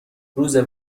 روز